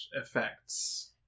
effects